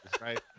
right